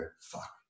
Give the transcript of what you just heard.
fuck